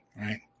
right